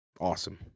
Awesome